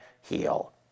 heal